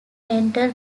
mental